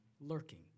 lurking